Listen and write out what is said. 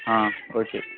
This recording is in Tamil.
ஆ ஓகே